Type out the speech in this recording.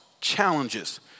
challenges